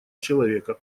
человека